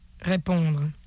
répondre